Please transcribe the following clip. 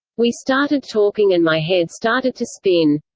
we started talking and my head started to spin.